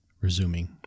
resuming